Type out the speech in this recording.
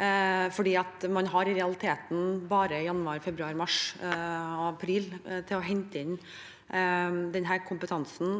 man i realiteten bare har januar, februar, mars og april til å hente inn denne kompetansen